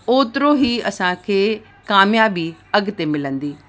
ओतिरो ई असांखे क़ामियाबी अॻिते मिलंदी